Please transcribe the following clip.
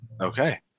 okay